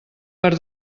per